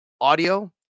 audio